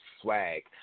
Swag